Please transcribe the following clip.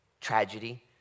tragedy